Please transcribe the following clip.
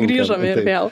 grįžome ir vėl